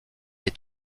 est